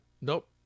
Nope